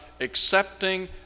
accepting